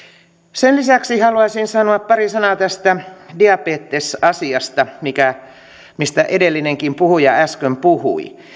sen lisäksi haluaisin sanoa pari sanaa tästä diabetesasiasta mistä edellinenkin puhuja äsken puhui